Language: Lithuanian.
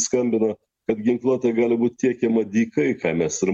skambina kad ginkluotė gali būt tiekiama dykai ką mes ir